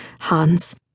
Hans